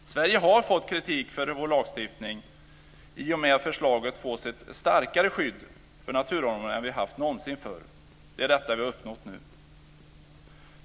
Sverige har fått kritik för sin lagstiftning i och med att förslaget ger ett starkare skydd för naturområden än man någonsin förut har haft. Det är detta som vi har uppnått nu.